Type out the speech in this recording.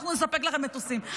אנחנו נספק לכם מטוסים.